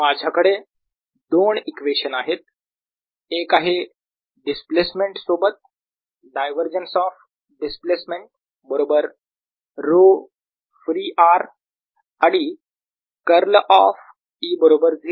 माझ्याकडे दोन इक्वेशन आहेत एक आहे डिस्प्लेसमेंट सोबत डायव्हरजन्स ऑफ डिस्प्लेसमेंट बरोबर ρ फ्री r आणि कर्ल ऑफ E बरोबर 0